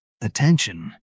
Attention